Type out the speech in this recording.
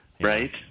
Right